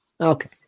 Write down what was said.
Okay